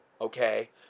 okay